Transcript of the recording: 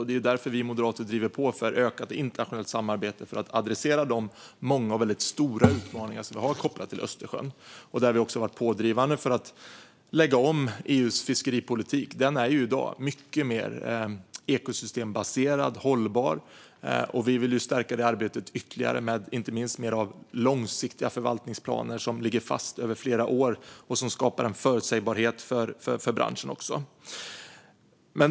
Det är därför Moderaterna driver på för ökat internationellt samarbete för att adressera de många och väldigt stora utmaningar som vi har när det gäller Östersjön. Moderaterna har också varit pådrivande för att lägga om EU:s fiskeripolitik. Den är ju i dag mycket mer ekosystembaserad och hållbar. Vi i Moderaterna vill stärka detta arbete ytterligare med inte minst mer av långsiktiga förvaltningsplaner som ligger fast över flera år och som skapar en förutsägbarhet för branschen.